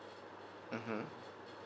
mmhmm